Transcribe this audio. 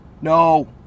no